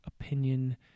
opinion